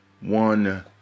one